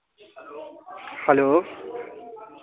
hello